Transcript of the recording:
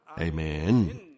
Amen